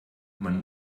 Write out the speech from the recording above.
man